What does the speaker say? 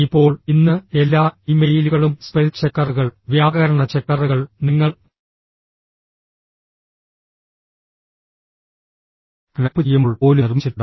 ഇപ്പോൾ ഇന്ന് എല്ലാ ഇമെയിലുകളും സ്പെൽ ചെക്കറുകൾ വ്യാകരണ ചെക്കറുകൾ നിങ്ങൾ ടൈപ്പ് ചെയ്യുമ്പോൾ പോലും നിർമ്മിച്ചിട്ടുണ്ട്